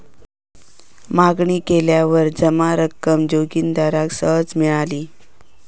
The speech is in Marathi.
मागणी केल्यावर जमा रक्कम जोगिंदराक सहज मिळाली